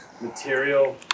Material